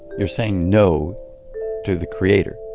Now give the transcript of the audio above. you're saying no to the creator